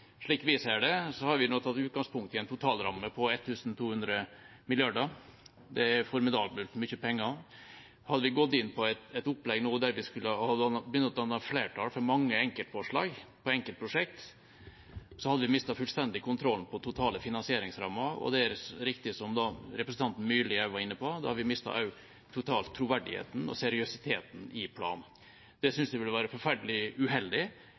et opplegg nå der vi skulle ha begynt å danne flertall for mange enkeltforslag på enkeltprosjekt, hadde vi mistet fullstendig kontrollen på den totale finansieringsrammen. Det er riktig som representanten Myrli også var inne på, at da hadde vi totalt mistet troverdigheten og seriøsiteten i planen. Det synes jeg ville vært forferdelig uheldig,